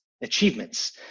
achievements